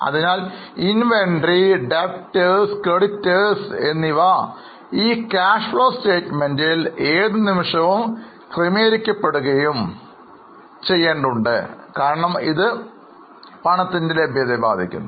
അതിനാൽ Inventory Debtorscreditors എന്നിവ ഇ cash flow statement ൽഏതുനിമിഷവും ക്രമീകരിക്കപ്പെടുകയും കാരണം ഇത് പണത്തിൻറെ ലഭ്യതയെ ബാധിക്കുന്നു